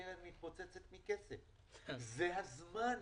הקרן מתפוצצת מכסף, זה הזמן.